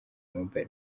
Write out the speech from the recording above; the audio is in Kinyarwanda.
mobile